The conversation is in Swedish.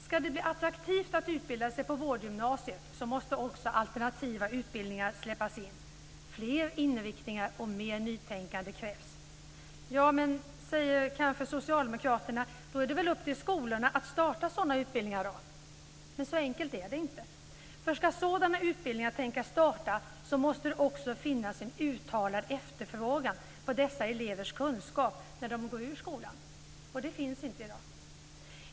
Om det ska bli attraktivt att utbilda sig på vårdgymnasiet måste också alternativa utbildningar släppas in - fler inriktningar och mer nytänkande krävs. Men socialdemokraterna säger kanske att det är upp till skolorna att starta sådana utbildningar. Men så enkelt är det inte, därför att om sådana utbildningar ska tänkas starta måste det också finnas en uttalad efterfrågan på dessa elevers kunskap när de går ut ur skolan, och det finns inte i dag.